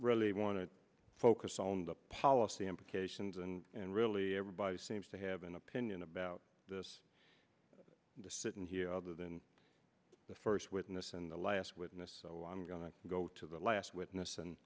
really want to focus on the policy implications and really everybody seems to have an opinion about this sitting here other than the first witness and the last witness so i'm going to go to the last witness and